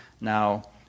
now